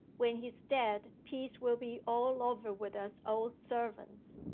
when he's dead peace will be all over with us old servants.